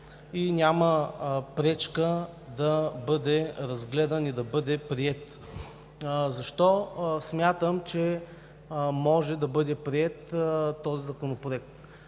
и няма пречка да бъде разгледан и приет. Защо смятам, че може да бъде приет този законопроект?